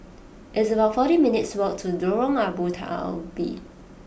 it's about forty minutes' walk to Lorong Abu Talib